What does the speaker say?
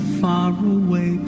faraway